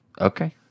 Okay